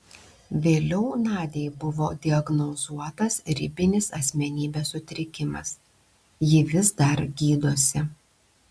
vėliau nadiai buvo diagnozuotas ribinis asmenybės sutrikimas ji vis dar gydosi